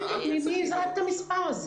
מי זרק את המספר הזה?